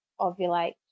ovulate